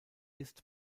ist